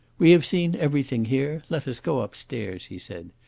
we have seen everything here let us go upstairs, he said.